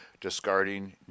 discarding